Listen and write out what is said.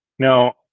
Now